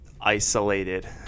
isolated